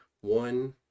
one